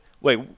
wait